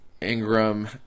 Ingram